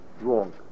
wrong